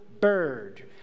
Bird